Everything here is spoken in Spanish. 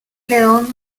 león